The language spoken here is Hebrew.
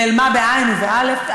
נעלמה, בעי"ן ובאל"ף.